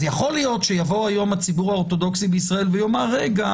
אז יכול להיות שיבוא היום הציבור האורתודוקסי בישראל ויאמר: רגע,